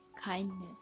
kindness